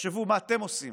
ותחשבו מה אתם עושים